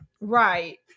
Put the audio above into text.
Right